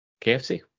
KFC